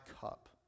cup